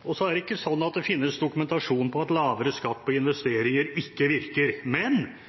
Det er heller ikke sånn at det finnes dokumentasjon på at lavere skatt på investeringer ikke virker. Men